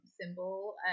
symbol